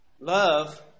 Love